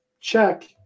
check